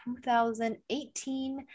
2018